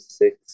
six